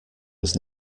was